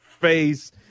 face